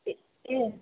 ए